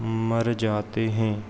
मर जाते हैं